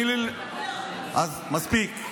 אז מספיק.